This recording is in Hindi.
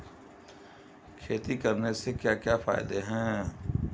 खेती करने से क्या क्या फायदे हैं?